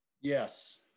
Yes